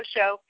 Show